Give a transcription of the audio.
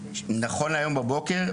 נכון להבוקר,